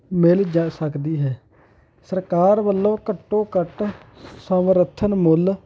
ਮਿਲ ਜਾ ਸਕਦੀ ਹੈ ਸਰਕਾਰ ਵੱਲੋਂ ਘੱਟੋ ਘੱਟ ਸਮਰੱਥਨ ਮੁੱਲ